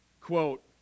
quote